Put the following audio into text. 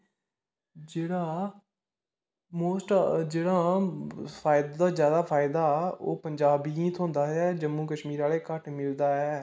जेहडा मोस्ट जेहड़ा फायदा ते ज्यादा फाय्दा ओह् पजांब गी थ्होंदा आया ऐ जम्मू कशमीर आहले गी घट्ट मिलदा ऐ